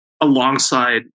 alongside